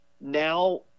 now